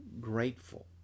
grateful